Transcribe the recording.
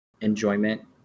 enjoyment